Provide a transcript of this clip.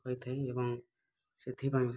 ହୋଇଥାଇ ଏବଂ ସେଥିପାଇଁ